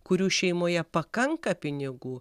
kurių šeimoje pakanka pinigų